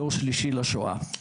דור שלישי לשואה.